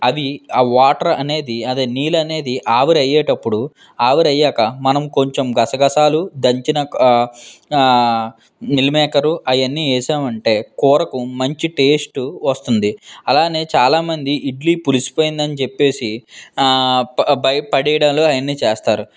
అవి ఆ వాటర్ అనేది అది నీళ్ళు అనేది ఆవిరి అయ్యేటప్పుడు ఆవిరయ్యాక మనం కొంచెం గసగసాలు దంచిన మీల్ మేకర్ అవన్నీ వేసామంటే కూరకు మంచి టేస్టు వస్తుంది అలాగే చాలామంది ఇడ్లీ పులిసిపోయింది అని చెప్పీ బ పడేయడాలు అవన్నీ చేస్తారు